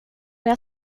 jag